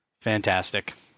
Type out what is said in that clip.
Fantastic